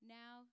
now